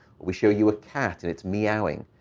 we show you a cat. and it's meowing.